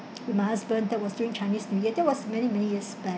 with my husband that was during chinese new year that was many many years back